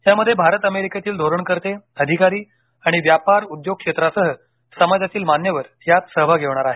यामध्ये भारत अमेरिकेतील धोरणकर्ते अधिकारी आणि व्यापार उद्योग क्षेत्रासह समाजातील मान्यवर यात सहभागी होणार आहेत